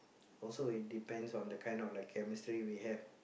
also it depends on the like kind of chemistry we have